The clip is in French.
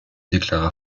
déclara